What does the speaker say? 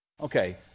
okay